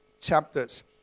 chapters